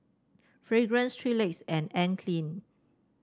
Fragrance Three Legs and Anne Klein